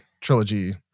trilogy